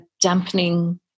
dampening